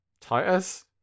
Titus